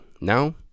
Now